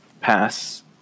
pass